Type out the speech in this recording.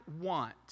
want